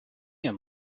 him